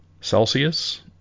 Celsius